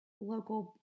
local